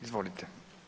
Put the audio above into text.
Izvolite.